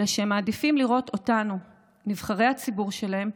אלא שהם מעדיפים לראות אותנו, נבחרי הציבור שלהם,